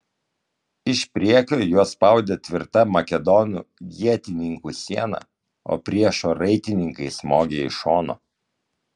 iš priekio juos spaudė tvirta makedonų ietininkų siena o priešo raitininkai smogė iš šono